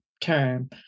term